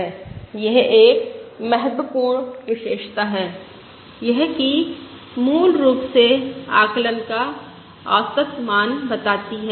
यह एक महत्वपूर्ण विशेषता हैयह कि मूल रूप से आकलन का औसत मान बताती है